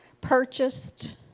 purchased